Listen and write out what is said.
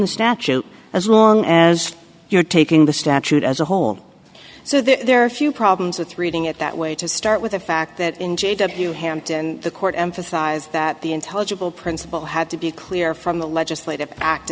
the statute as long as you're taking the statute as a whole so there are a few problems with reading it that way to start with the fact that in j w hampton the court emphasized that the intelligible principle had to be clear from the legislative act